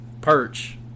perch